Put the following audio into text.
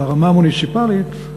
ברמה המוניציפלית,